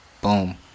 boom